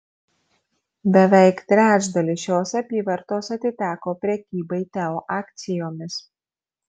beveik trečdalis šios apyvartos atiteko prekybai teo akcijomis